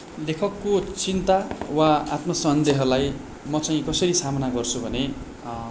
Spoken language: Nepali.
लेखकको चिन्ता वा आत्मसन्देहलाई म चाहिँ कसरी सामना गर्छु भने